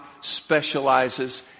specializes